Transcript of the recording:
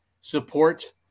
support